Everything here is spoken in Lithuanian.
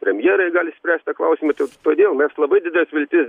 premjerai gali spręst tą klausimą todėl mes labai dideles viltis